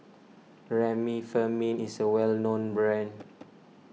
Remifemin is a well known brand